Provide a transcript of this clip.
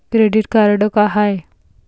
Credit card का हाय?